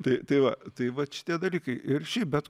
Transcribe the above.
tai tai va tai vat šitie dalykai ir šiaip bet